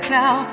now